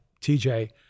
TJ